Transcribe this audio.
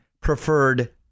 preferred